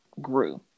grew